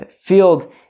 field